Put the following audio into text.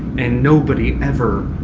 and nobody ever.